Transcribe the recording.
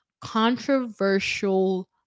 controversial